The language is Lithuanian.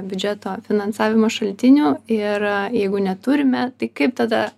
biudžeto finansavimo šaltinių ir jeigu neturime tai kaip tada